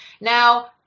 Now